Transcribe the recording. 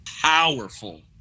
powerful